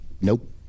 Nope